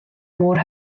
mor